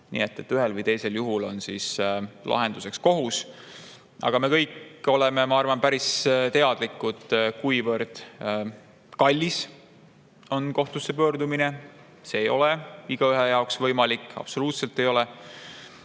Nii et ühel või teisel juhul on lahenduseks kohus. Aga me kõik oleme, ma arvan, päris teadlikud, kuivõrd kallis on kohtusse pöördumine. See ei ole igaühe jaoks võimalik, absoluutselt ei ole.